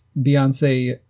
Beyonce